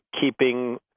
keeping